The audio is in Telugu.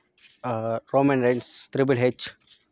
Rome and Reigns Triple H